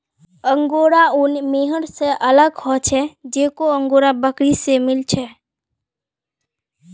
angora ऊन mohair स अलग ह छेक जेको अंगोरा बकरी स मिल छेक